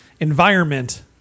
environment